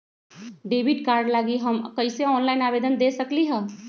Debit card लागी हम कईसे ऑनलाइन आवेदन दे सकलि ह?